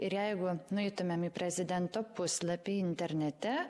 ir jeigu nueitumėm į prezidento puslapį internete